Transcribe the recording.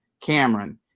Cameron